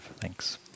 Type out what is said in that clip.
Thanks